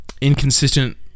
inconsistent